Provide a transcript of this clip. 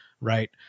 Right